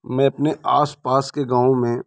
मैं आसपास के गाँवों में